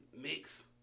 mix